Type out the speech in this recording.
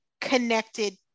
connected